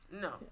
No